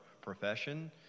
profession